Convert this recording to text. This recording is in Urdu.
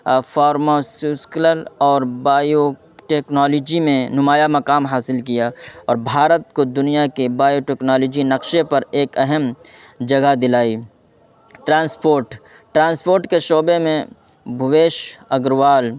فارماسسکلل اور بایوٹیکنالوجی میں نمایاں مقام حاصل کیا اور بھارت کو دنیا کے بایوٹیکنالوجی نقشے پر ایک اہم جگہ دلائی ٹرانسپورٹ ٹرانسپورٹ کے شعبے میں بھویش اگروال